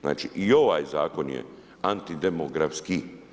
Znači, i ovaj Zakon je antidemografski.